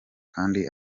kandi